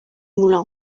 moulin